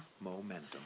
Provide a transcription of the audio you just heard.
Momentum